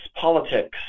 politics